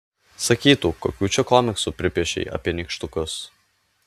sakytų kokių čia komiksų pripiešei apie nykštukus